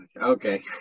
Okay